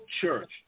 church